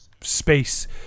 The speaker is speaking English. space